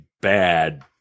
bad